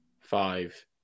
five